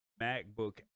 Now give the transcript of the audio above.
MacBook